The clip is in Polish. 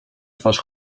twarz